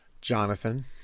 Jonathan